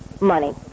money